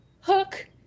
Hook